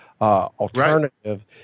alternative